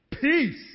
Peace